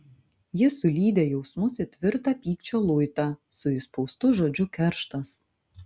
ji sulydė jausmus į tvirtą pykčio luitą su įspaustu žodžiu kerštas